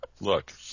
Look